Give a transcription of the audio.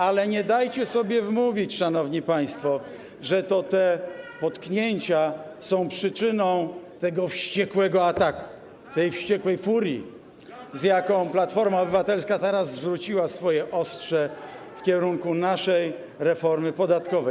Ale nie dajcie sobie wmówić, szanowni państwo, że to te potknięcia są przyczyną tego wściekłego ataku, tej wściekłej furii, z jaką Platforma Obywatelska teraz zwróciła swoje ostrze w kierunku naszej reformy podatkowej.